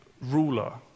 ruler